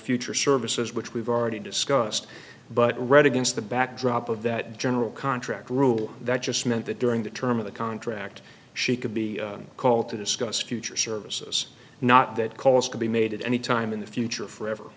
future services which we've already discussed but read against the backdrop of that general contract rule that just meant that during the term of the contract she could be called to discuss future services not that calls could be made at any time in the future forever